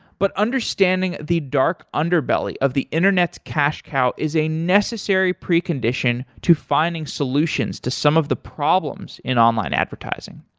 but understanding the dark underbelly of the internet's cash cow is a necessary precondition to finding solutions to some of the problems in online advertising.